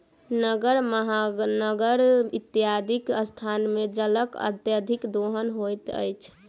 नगर, महानगर इत्यादिक स्थान मे जलक अत्यधिक दोहन होइत अछि